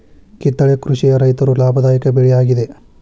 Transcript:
ಕಿತ್ತಳೆ ಕೃಷಿಯ ರೈತರು ಲಾಭದಾಯಕ ಬೆಳೆ ಯಾಗಿದೆ